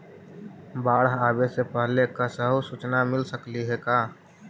बाढ़ आवे से पहले कैसहु सुचना मिल सकले हे का?